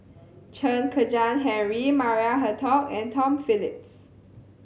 Chen Kezhan Henri Maria Hertogh and Tom Phillips